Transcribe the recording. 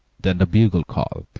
then the bugle-call,